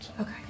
Okay